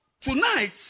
tonight